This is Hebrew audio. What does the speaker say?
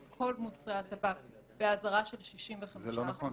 כל מוצרי הטבק באזהרה של 65%. זה לא נכון.